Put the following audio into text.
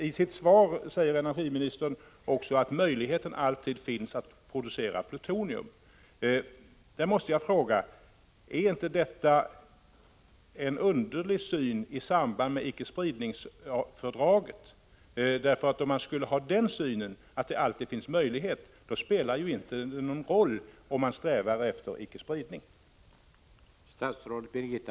I sitt svar säger energiministern också att det alltid finns möjligheter att producera plutonium. Jag måste fråga: Är inte detta ett underligt synsätt mot bakgrund av icke-spridningsfördraget? Om man skulle ha den inställningen att det alltid finns sådana möjligheter, spelar det ju ingen roll om man strävar efter icke-spridning eller inte.